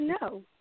no